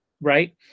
Right